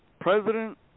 President